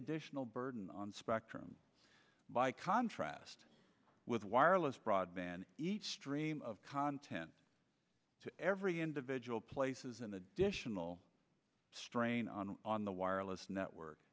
additional burden on spectrum by contrast with wireless broadband each stream of content to every individual places an additional strain on on the wireless network